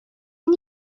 این